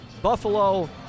Buffalo